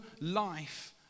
life